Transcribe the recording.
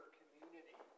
community